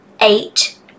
eight